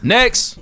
Next